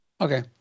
Okay